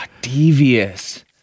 devious